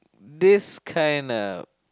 this kinda